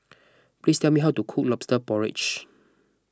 please tell me how to cook Lobster Porridge